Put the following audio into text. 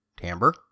timbre